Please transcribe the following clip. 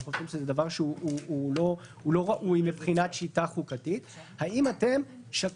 אנחנו חושבים שזה דבר לא ראוי מבחינת שיטה חוקתית האם שקלתם